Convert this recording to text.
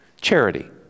charity